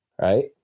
right